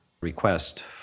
request